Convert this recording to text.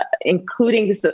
including